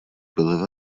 byl